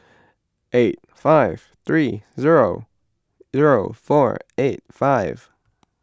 eight five three zero zero four eight five